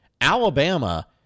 Alabama